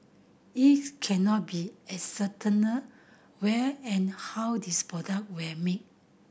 it cannot be ascertained where and how these product were made